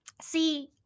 See